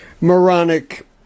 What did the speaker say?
moronic